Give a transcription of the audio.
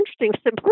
interesting